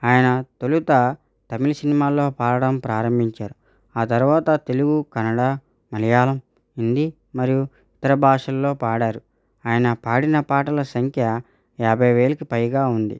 ఆయన తొలుత తమిళ సినిమాల్లో పాడటం ప్రారంభించారు ఆ తరువాత తెలుగు కన్నడ మలయాళం హిందీ మరియు ఇతర భాషల్లో పాడారు ఆయన పాడిన పాటల సంఖ్య యాభై వేలకు పైగా ఉంది